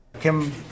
Kim